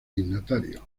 dignatarios